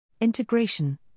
Integration